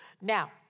Now